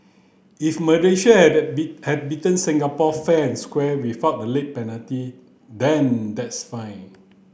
if Malaysia had be had beaten Singapore fair and square without the late penalty then that's fine